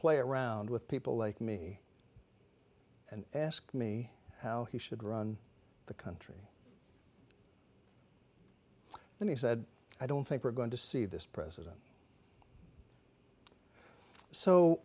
play around with people like me and ask me how he should run the country and he said i don't think we're going to see this president so